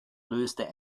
löste